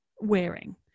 wearing